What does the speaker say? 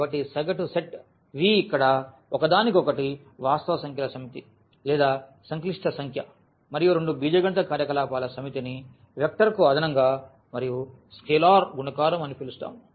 కాబట్టి సగటు set V ఇక్కడ ఒకదానికొకటి వాస్తవ సంఖ్యల సమితి లేదా సంక్లిష్ట సంఖ్య మరియు రెండు బీజగణిత కార్యకలాపాల సమితిని వెక్టర్ కు అదనంగా మరియు స్కేలార్ గుణకారం అని పిలుస్తాము